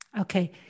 Okay